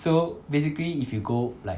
so basically if you go like